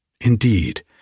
Indeed